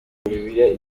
iyi